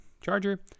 charger